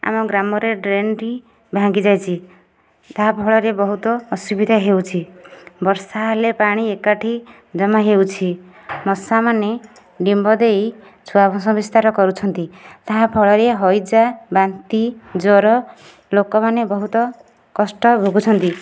ଆମ ଗ୍ରାମରେ ଡ୍ରେନ୍ଟି ଭାଙ୍ଗି ଯାଇଛି ଯାହା ଫଳରେ ବହୁତ ଆସୁବିଧା ହେଉଛି ବର୍ଷା ହେଲେ ପାଣି ଏକାଠି ଜମା ହେଉଛି ମଶାମାନେ ଡିମ୍ବ ଦେଇ ଛୁଆ ବଂଶବିସ୍ତାର କରୁଛନ୍ତି ତାହାଫଳରେ ହଇଜା ବାନ୍ତି ଜ୍ଵର ଲୋକମାନେ ବହୁତ କଷ୍ଟ ଭୋଗୁଛନ୍ତି